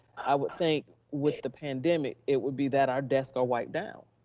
i would think with the pandemic, it would be that our desks are wiped down.